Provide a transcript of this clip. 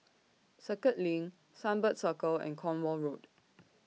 Circuit LINK Sunbird Circle and Cornwall Road